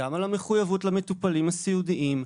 גם על המחויבות למטופלים הסיעודיים,